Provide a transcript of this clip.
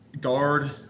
guard